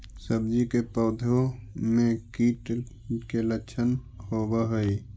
सब्जी के पौधो मे कीट के लच्छन होबहय?